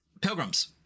pilgrims